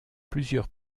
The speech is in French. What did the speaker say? plusieurs